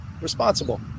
responsible